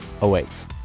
awaits